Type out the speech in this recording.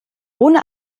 ohne